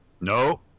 No